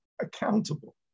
accountable